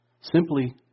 Simply